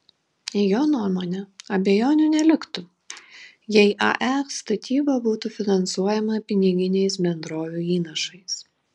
jo nuomone abejonių neliktų jei ae statyba būtų finansuojama piniginiais bendrovių įnašais